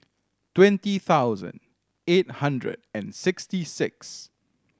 twenty thousand eight hundred and sixty six